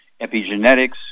Epigenetics